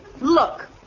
Look